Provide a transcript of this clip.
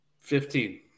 Fifteen